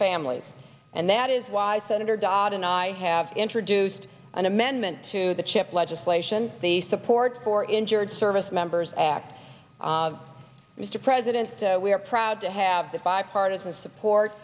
families and that is why senator dodd and i have introduced an amendment to the chip legislation they support for injured service members act mr president we are proud to have the bipartisan support